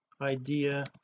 idea